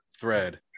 thread